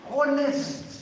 honest